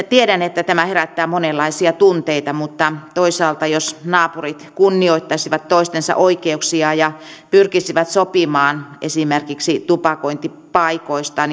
tiedän että tämä herättää monenlaisia tunteita mutta toisaalta jos naapurit kunnioittaisivat toistensa oikeuksia ja pyrkisivät sopimaan esimerkiksi tupakointipaikoista